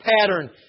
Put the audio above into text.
pattern